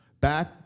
back